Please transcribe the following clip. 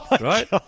right